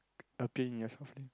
appear in your